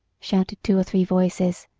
shouted two or three voices,